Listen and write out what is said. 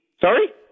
Sorry